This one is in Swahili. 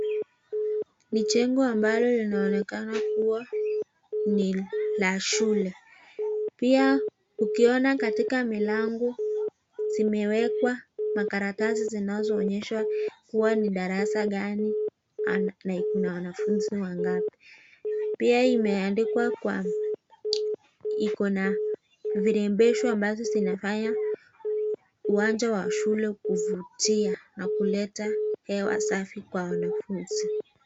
Ni jengo ambalo linaonekana kuwa ni la shule. Pia hukiona katika mlango zimewekwa makaratasi zinazo onyesha kuwa ni darasa gani na Kuna wanafunzi wangapi. pia imeandikwa kwa ,Iko na virembesho zinafanya uwanja Wa shule kuvutia na kuleta hewa safi kwa wanafunzi.